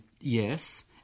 Yes